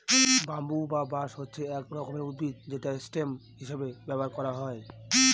bamboo বা বাঁশ হচ্ছে এক রকমের উদ্ভিদ যেটা স্টেম হিসেবে ব্যবহার করা হয়